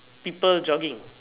people jogging